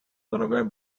дорогой